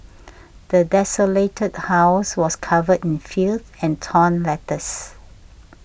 the desolated house was covered in filth and torn letters